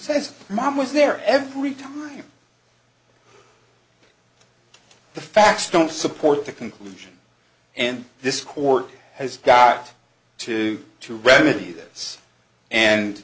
says mom was there every time the facts don't support the conclusion and this court has got to to remedy this and